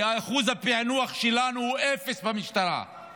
כי אחוז הפענוח שלנו במשטרה הוא אפס.